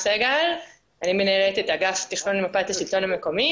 אני מנהלת אגף תכנון למפת השלטון המקומי,